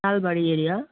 Salbari area